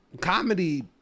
comedy